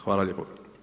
Hvala lijepo.